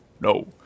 No